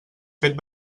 fet